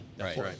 Right